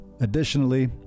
Additionally